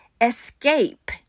escape